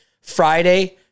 Friday